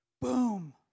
Boom